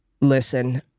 listen